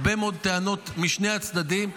הרבה מאוד טענות משני הצדדים.